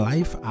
Life